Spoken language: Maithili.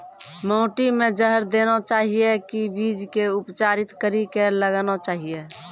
माटी मे जहर देना चाहिए की बीज के उपचारित कड़ी के लगाना चाहिए?